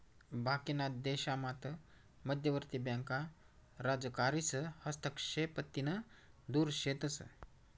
बाकीना देशामात मध्यवर्ती बँका राजकारीस हस्तक्षेपतीन दुर शेतस